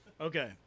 Okay